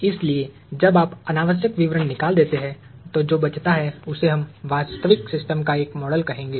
इसलिए जब आप अनावश्यक विवरण निकाल देते हैं तो जो बचता है उसे हम वास्तविक सिस्टम का एक मॉडल कहेंगे